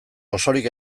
osorik